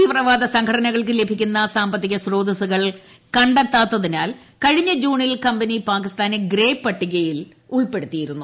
തീവ്രവാദ സംഘടനകൾക്ക് ലഭിക്കുന്ന സാമ്പത്തിക സ്രോതസ്സുകൾ കണ്ടെത്താത്തിനാൽ കഴിഞ്ഞ ജൂണിൽ കമ്പനി പാകിസ്ഥാനെ ഗ്രേ പട്ടികയിൽപ്പെടുത്തിയിരുന്നു